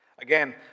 Again